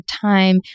time